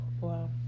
Wow